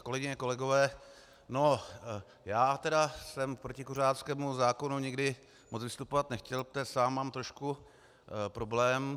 Kolegyně, kolegové, já tedy jsem proti kuřáckému zákonu nikdy moc vystupovat nechtěl, protože sám mám trošku problém.